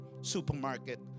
supermarket